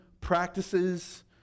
practices